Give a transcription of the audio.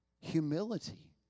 humility